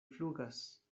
flugas